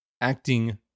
acting